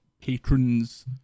patrons